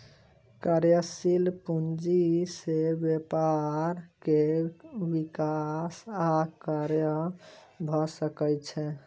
कार्यशील पूंजी से व्यापार के विकास आ कार्य भ सकै छै